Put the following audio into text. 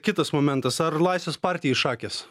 kitas momentas ar laisvės partijai šakės